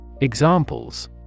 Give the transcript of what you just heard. Examples